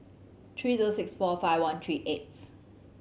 three zero six four five one three eighth